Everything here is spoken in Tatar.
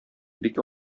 бик